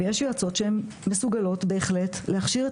ויש יועצות שהן מסוגלות בהחלט להכשיר את